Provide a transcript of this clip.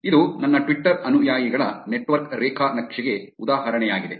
ಇದು ನನ್ನ ಟ್ವಿಟರ್ ಅನುಯಾಯಿಗಳ ನೆಟ್ವರ್ಕ್ ರೇಖಾ ನಕ್ಷೆಗೆ ಉದಾಹರಣೆಯಾಗಿದೆ